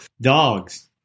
Dogs